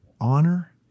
honor